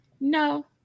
no